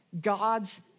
God's